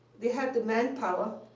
they had the manpower,